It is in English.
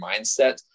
mindset